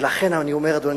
2,000 שנה, למה 200?